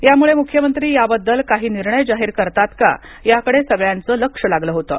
त्यामुळे मुख्यमंत्री याबद्दल काही निर्णय जाहीर करतात का याकडे सगळयांचं लक्ष लागलं होतं